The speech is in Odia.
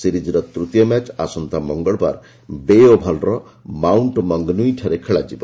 ସିରିଜ୍ର ତୃତୀୟ ମ୍ୟାଚ୍ ଆସନ୍ତା ମଙ୍ଗଳବାର ବେ ଓଭାଲର ମାଉଣ୍ଟମଙ୍ଗନୁଇଠାରେ ଖେଳାଯିବ